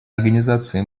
организации